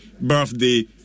birthday